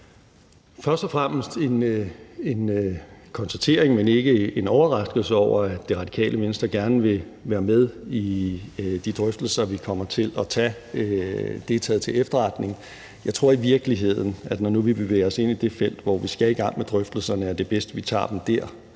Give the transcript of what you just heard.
Først og fremmest en konstatering, men ikke en overraskelse over, at Det Radikale Venstre gerne vil være med i de drøftelser, vi kommer til at tage. Det er taget til efterretning. Jeg tror i virkeligheden, at når vi nu bevæger os ind i det felt, hvor vi skal i gang med drøftelserne, så er det bedst, at vi tager dem der